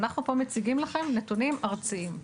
אנחנו מציגים לכם פה נתונים ארציים.